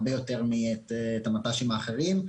הרבה יותר מאת המט"שים האחרים.